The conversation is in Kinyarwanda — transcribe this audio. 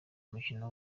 umukino